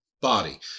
body